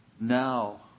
now